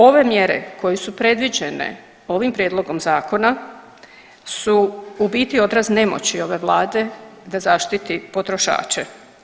Ove mjere koje su predviđene ovim prijedlogom zakona su u biti odraz nemoći ove vlade da zaštiti potrošače.